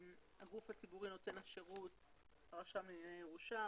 הגורם נותן השירות הוא הרשם לענייני ירושה.